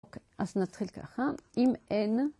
אוקיי. אז נתחיל ככה. אם, אין